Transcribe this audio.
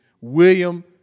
William